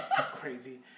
Crazy